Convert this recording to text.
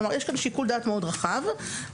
כלומר, יש כאן שיקול דעת רחב מאוד.